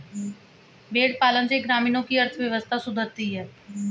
भेंड़ पालन से ग्रामीणों की अर्थव्यवस्था सुधरती है